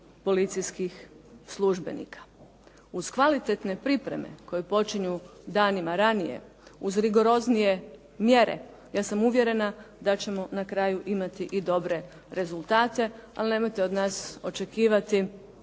policijskih službenika. Uz kvalitetne pripreme koji počinju danima ranije, uz rigorozniji mjere ja sam uvjerena da ćemo na kraju imati i dobre rezultate, ali nemojte od nas očekivati